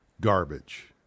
garbage